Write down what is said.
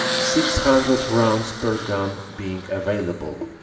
six hundred rounds per gun being available.